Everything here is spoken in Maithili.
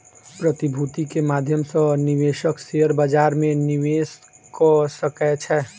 प्रतिभूति के माध्यम सॅ निवेशक शेयर बजार में निवेश कअ सकै छै